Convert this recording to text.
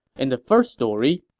in the first story,